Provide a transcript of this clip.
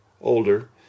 older